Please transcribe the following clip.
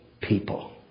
people